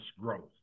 growth